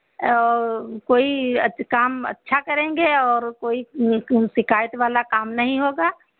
और कोई काम अच्छा करेंगे और कोई शिकायत वाला काम नहीं होगा